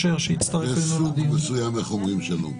איך זה מתכתב עם זה שאומרים לסנגור שיצא רגע למסדרון וידבר?